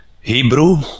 Hebrew